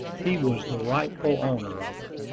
he was the rightful owner of her.